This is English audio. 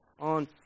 on